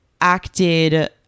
acted